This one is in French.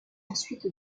ensuite